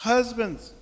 Husbands